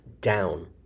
down